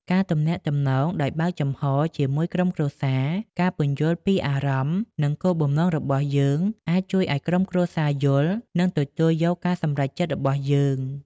ការទំនាក់ទំនងដោយបើកចំហរជាមួយក្រុមគ្រួសារ ការពន្យល់ពីអារម្មណ៍ និងគោលបំណងរបស់យើង អាចជួយឱ្យក្រុមគ្រួសារយល់ និងទទួលយកការសម្រេចចិត្តរបស់យើង។